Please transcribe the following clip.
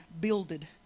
builded